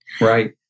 Right